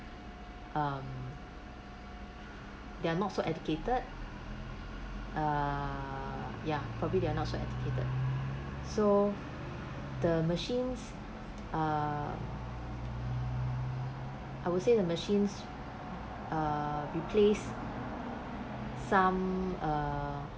um they're not so educated uh ya probably they're not so educated so the machines uh I would say the machines uh replaced some uh